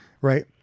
Right